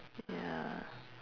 ya